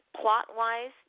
plot-wise